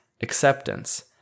acceptance